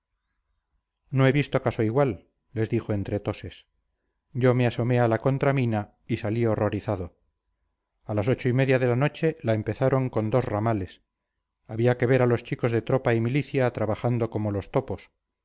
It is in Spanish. no he visto caso igual les dijo entre toses yo me asomé a la contramina y salí horrorizado a las ocho y media de la noche la empezaron con dos ramales había que ver a los chicos de tropa y milicia trabajando como los topos